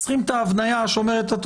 צריכים את ההבניה שאומרת: